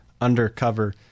undercover